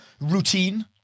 routine